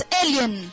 alien